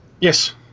Yes